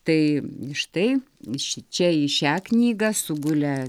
tai štai šičia į šią knygą sugulę